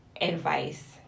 advice